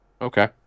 Okay